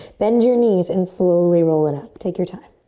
bend your knees and slowly roll it up. take your time.